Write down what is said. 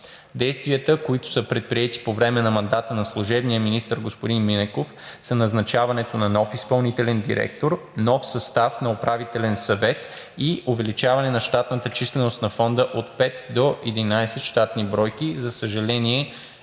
Действията, които са предприети по време на мандата на служебния министър господин Минеков, са назначаването на нов изпълнителен директор, нов състав на Управителен съвет и увеличаване на щатната численост на Фонда от 5 до 11 щатни бройки, за съжаление,